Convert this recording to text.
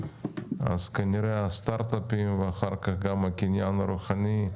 כנראה שהסטארטאפים, ואחר כך גם הקניין הרוחני,